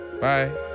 Bye